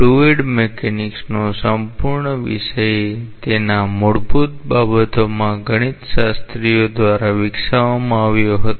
fluid mechanics નો સંપૂર્ણ વિષય તેના મૂળભૂત બાબતોમાં ગણિતશાસ્ત્રીઓ દ્વારા વિકસાવવામાં આવ્યો હતો